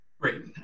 Great